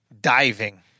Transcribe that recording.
Diving